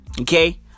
okay